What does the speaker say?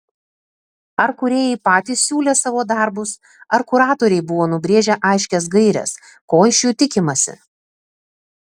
ar kūrėjai patys siūlė savo darbus ar kuratoriai buvo nubrėžę aiškias gaires ko iš jų tikimasi